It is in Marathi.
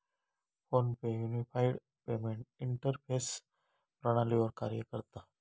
फोन पे युनिफाइड पेमेंट इंटरफेस प्रणालीवर कार्य करता